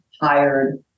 hired